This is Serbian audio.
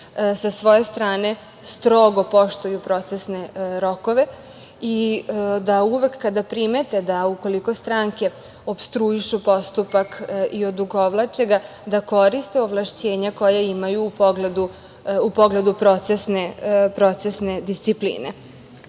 sa svoje strane strogo poštuju procesne rokove i da uvek kada primete da ukoliko stranke opstruišu postupak i odugovlače ga, da koriste ovlašćenja koja imaju u pogledu procesne discipline,